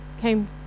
came